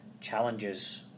challenges